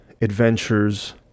adventures